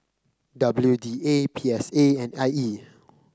W D A P S A and I E